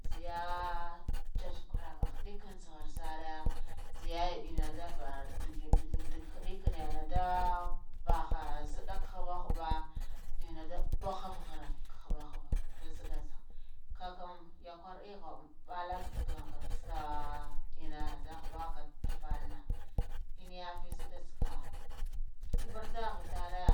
Nziya chacha karama ndikan saghar saghar san nziya enna ndubar ndige ndigi khudi kanan ndabaha nzidda hubba hubba enna da buhha ghare hubba hubba nda nzidda tsa kakkam, iyakwar egghau balatsakam ghartso kaso enna dah hubbakam tuvanna enna gaji nzidda tsako nh kibarbuba tare